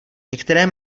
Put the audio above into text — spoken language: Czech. některé